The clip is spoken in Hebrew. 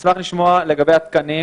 נשמח לשמוע לגבי התקנים,